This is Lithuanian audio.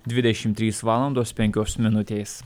dvidešimt trys valandos penkios minutės